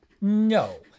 No